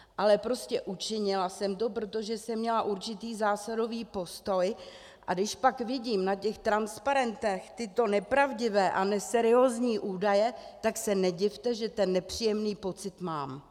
Ale prostě učinila jsem to, protože jsem měla určitý zásadový postoj, a když pak vidím na těch transparentech tyto nepravdivé a neseriózní údaje, tak se nedivte, že ten nepříjemný pocit mám.